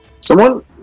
Someone-